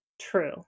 true